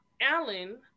Alan